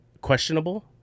questionable